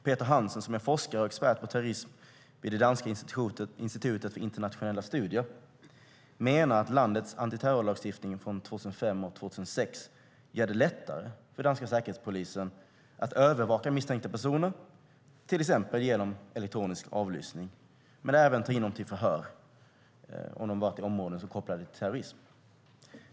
Peter Hansen, som är forskare och expert på terrorism vid det danska institutet för internationella studier, menar att landets antiterrorlagstiftning från 2005 och 2006 gör det lättare för den danska säkerhetspolisen att övervaka misstänkta personer genom till exempel elektronisk avlyssning, men även genom att ta in dem till förhör om de har varit i områden som är kopplade till terrorism.